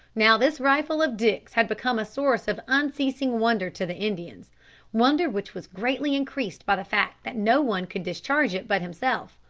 now, this rifle of dick's had become a source of unceasing wonder to the indians wonder which was greatly increased by the fact that no one could discharge it but himself.